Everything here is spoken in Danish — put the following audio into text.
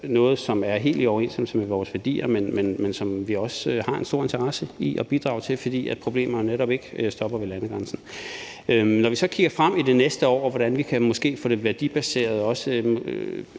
noget, som er helt i overensstemmelse med vores værdier, men som vi også har en stor interesse i at bidrage til, fordi problemerne netop ikke stopper ved landegrænsen. Når vi så kigger frem i det næste år og ser på, hvordan vi måske kan få det værdibaserede